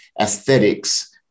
aesthetics